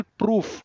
proof